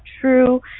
true